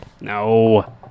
No